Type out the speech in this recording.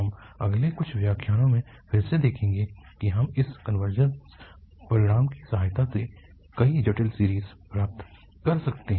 हम अगले कुछ व्याख्यानों में फिर से देखेंगे कि हम इस कनवर्जस परिणाम की सहायता से कई जटिल सीरीज़ प्राप्त कर सकते हैं